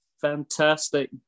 fantastic